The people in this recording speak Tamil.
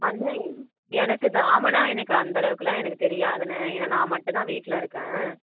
அண்ணா எனக்கு சாமான்லாம் எனக்கு அந்தளவுக்கெல்லாம் எனக்கு தெரியாதுண்ணா ஏன்னா நான் மட்டுந்தான் வீட்டில் இருக்கேன்